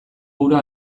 ura